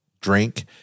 drink